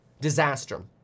disaster